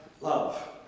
love